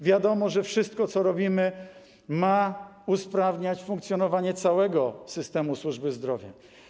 Wiadomo, że wszystko, co robimy, ma usprawniać funkcjonowanie całego systemu służby zdrowia.